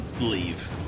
leave